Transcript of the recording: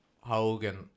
Hogan